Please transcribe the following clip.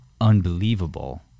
unbelievable